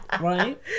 right